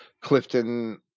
Clifton